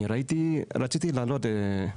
אני רציתי להעלות,